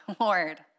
Lord